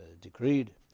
decreed